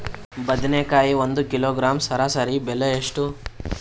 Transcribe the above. ಬದನೆಕಾಯಿ ಒಂದು ಕಿಲೋಗ್ರಾಂ ಸರಾಸರಿ ಬೆಲೆ ಎಷ್ಟು?